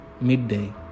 midday